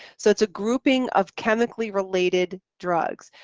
so it's a grouping of chemically related drugs.